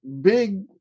big